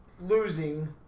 losing